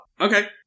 Okay